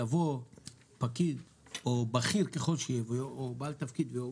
יבוא פקיד או בעל תפקיד,